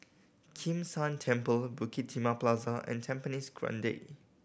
Kim San Temple Bukit Timah Plaza and Tampines Grande